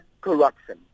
corruption